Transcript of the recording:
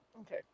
okay